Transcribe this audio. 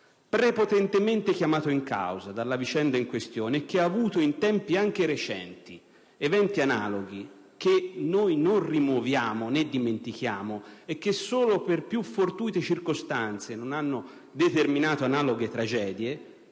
prepotentemente chiamato in causa dalla vicenda in questione e che ha avuto in tempi anche recenti eventi analoghi che noi non rimuoviamo, né dimentichiamo e che solo per più fortuite circostanze non hanno determinato analoghe tragedie